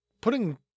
putting